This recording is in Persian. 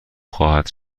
خواهد